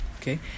Okay